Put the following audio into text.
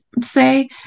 say